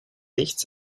nichts